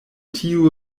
tiu